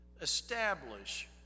establish